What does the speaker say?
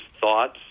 thoughts